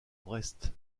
brest